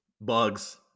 bugs